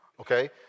okay